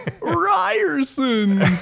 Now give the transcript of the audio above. Ryerson